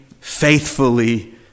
faithfully